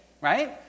right